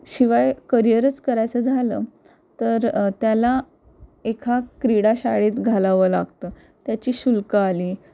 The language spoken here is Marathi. शिवाय करिअरच करायचं झालं तर त्याला एका क्रीडाशाळेत घालावं लागतं त्याची शुल्क आली